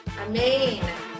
Amen